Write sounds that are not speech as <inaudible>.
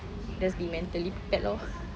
just be mentally prepared lor <breath>